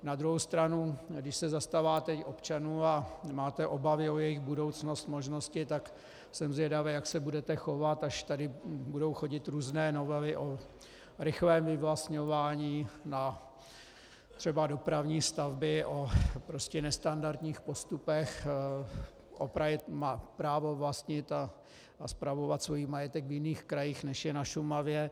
Na druhou stranu, když se zastáváte i občanů a máte obavy o jejich budoucnost, možnosti, tak jsem zvědav, jak se budete chovat, až tady budou chodit různé novely o rychlém vyvlastňování na třeba dopravní stavby, o nestandardních postupech, právo vlastnit a spravovat svůj majetek v jiných krajích, než je na Šumavě.